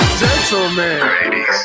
Gentlemen